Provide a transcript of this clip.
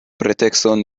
pretekston